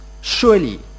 Surely